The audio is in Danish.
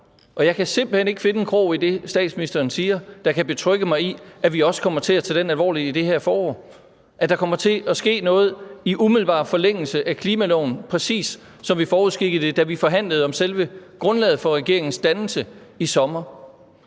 Jeg kan simpelt hen ikke finde en krog i det, statsministeren siger, der kan betrygge mig i, at vi kommer til at tage det alvorligt i det her forår, eller at der kommer til at ske noget i umiddelbar forlængelse af klimaloven, præcis som vi forudskikkede det, da vi forhandlede om selve grundlaget for regeringens dannelse i sommer.